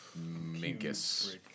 Minkus